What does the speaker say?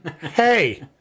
hey